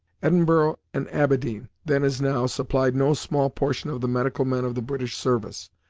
edinburgh and aberdeen, then as now, supplied no small portion of the medical men of the british service,